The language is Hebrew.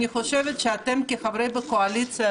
אני חושבת שאתם כחברי קואליציה,